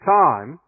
time